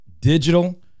digital